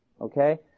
okay